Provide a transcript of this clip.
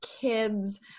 kids